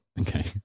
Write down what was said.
Okay